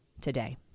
today